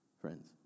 friends